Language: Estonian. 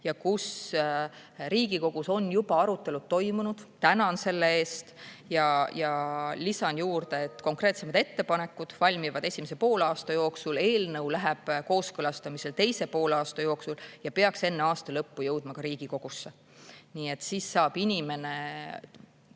üle Riigikogus on juba arutelud toimunud. Tänan selle eest! Lisan juurde, et konkreetsemad ettepanekud valmivad esimese poolaasta jooksul, eelnõu läheb kooskõlastamisele teise poolaasta jooksul ja peaks enne aasta lõppu jõudma Riigikogusse. Siis saab inimene